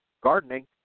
gardening